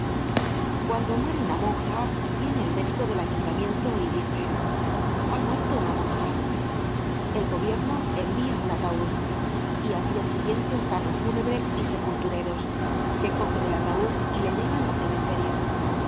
cuando muere una monja viene el médico del ayuntamiento y dice ha muerto una monja el gobierno envia un ataud y al dia siguiente un carro fúnebre y sepultureros que cogen el ataud y le llevan al cementerio